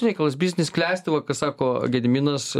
reikalas biznis klesti va ką sako gediminas